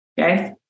Okay